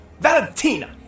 Valentina